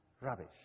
rubbish